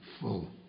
full